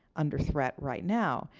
under threat right now.